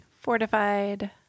Fortified